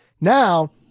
Now